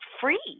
free